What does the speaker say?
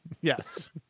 Yes